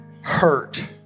hurt